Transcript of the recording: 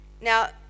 now